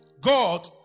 God